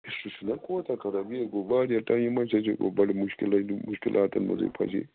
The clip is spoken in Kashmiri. سُہ چھُنہٕ خراب یہِ ۂے گۄو واریاہ ٹایِم اَسہِ ۂے گۄو بَڑٕ مُشکِل ۂے مُشکِلاتَن منٛز ۂے پھسیایہِ